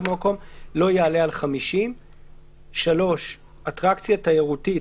במקום לא יעלה על 50. אטרקציה תיירותית